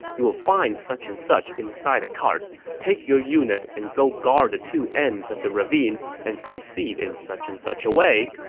you will find such and such inside the carts. take your unit and go guard the two ends of the ravine and proceed in such and such a way.